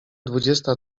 dwudziesta